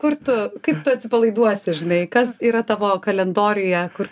kur tu kaip tu atsipalaiduosi žinai kas yra tavo kalendoriuje kur